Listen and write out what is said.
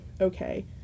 okay